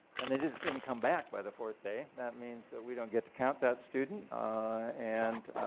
and they just just didn't come back by the fourth day that means that we don't get to count that student and